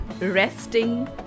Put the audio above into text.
resting